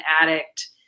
addict